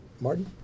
Martin